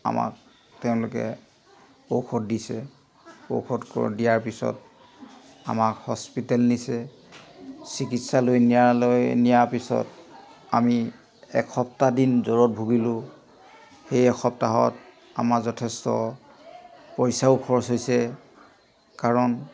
আমাক তেওঁলোকে ঔষধ দিছে ঔষধ দিয়াৰ পিছত আমাক হস্পিটেল নিছে চিকিৎসালয়লৈ নিয়ালৈ নিয়াৰ পিছত আমি এসপ্তাহ দিন জ্বৰত ভুগিলোঁ সেই এসপ্তাহত আমাৰ যথেষ্ট পইচাও খৰচ হৈছে কাৰণ